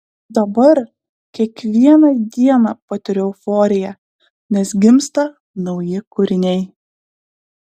dabar kiekvieną dieną patiriu euforiją nes gimsta nauji kūriniai